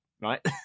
right